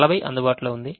40 అందుబాటులో ఉంది